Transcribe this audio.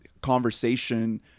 conversation